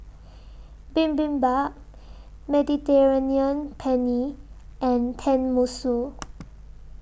Bibimbap Mediterranean Penne and Tenmusu